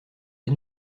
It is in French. les